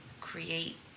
create